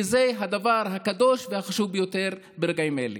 כי זה הדבר הקדוש והחשוב ביותר ברגעים אלה.